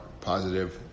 positive